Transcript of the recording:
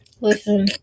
Listen